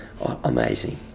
amazing